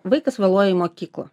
vaikas vėluoja į mokyklą